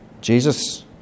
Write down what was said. Jesus